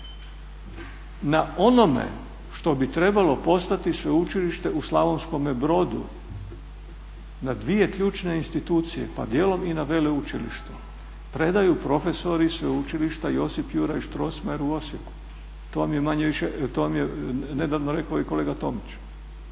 Na onome što bi trebalo postati sveučilište u Slavonskom Brodu na dvije ključne institucije, pa dijelom i na veleučilištu predaju profesori Sveučilišta Josip Juraj Strossmayer u Osijeku. To vam je nedavno rekao i kolega Tomić.